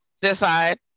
decide